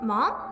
Mom